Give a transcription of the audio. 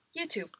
YouTube